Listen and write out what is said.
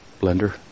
blender